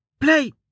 play